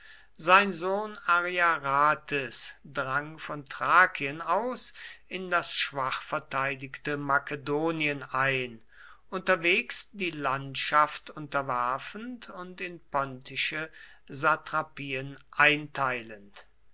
sein sohn ariarathes drang von thrakien aus in das schwach verteidigte makedonien ein unterwegs die landschaft unterwerfend und in pontische satrapien einteilend